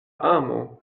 amo